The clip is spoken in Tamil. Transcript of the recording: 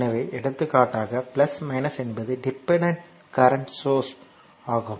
எனவே எடுத்துக்காட்டாக என்பது டிபெண்டன்ட் கரண்ட் சோர்ஸ் ஆகும்